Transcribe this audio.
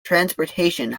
transportation